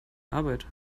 arbeit